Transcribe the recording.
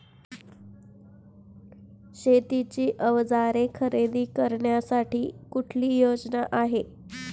शेतीची अवजारे खरेदी करण्यासाठी कुठली योजना आहे?